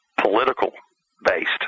political-based